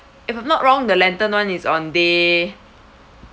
if I'm not wrong the lantern [one] is on day